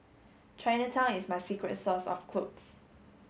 Chinatown is my secret source of clothes